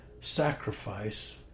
sacrifice